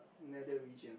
nether region